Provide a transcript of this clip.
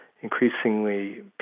increasingly